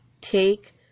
take